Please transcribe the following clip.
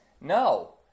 No